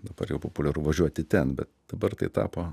dabar jau populiaru važiuoti ten bet dabar tai tapo